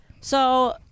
So-